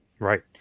Right